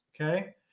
Okay